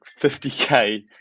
50K